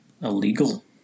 illegal